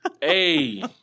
Hey